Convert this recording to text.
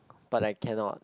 but I cannot